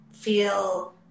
feel